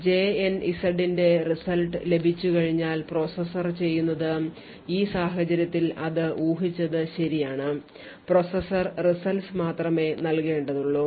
jnz ന്റെ result ലഭിച്ചുകഴിഞ്ഞാൽ processor ചെയ്യുന്നത് ഈ സാഹചര്യത്തിൽ അത് ഊഹിച്ചത് ശരിയാണ് പ്രോസസർ results മാത്രമേ നൽകേണ്ടതുള്ളൂ